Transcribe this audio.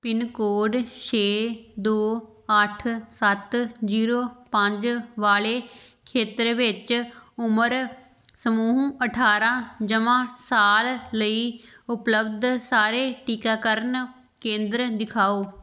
pin code ਛੇ ਦੋ ਅੱਠ ਸੱਤ ਜ਼ੀਰੋ ਪੰਜ ਵਾਲੇ ਖੇਤਰ ਵਿੱਚ ਉਮਰ ਸਮੂਹ ਅਠਾਰਾਂ ਜਮ੍ਹਾਂ ਸਾਲ ਲਈ ਉਪਲੱਬਧ ਸਾਰੇ ਟੀਕਾਕਰਨ ਕੇਂਦਰ ਦਿਖਾਓ